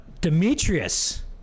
Demetrius